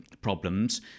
problems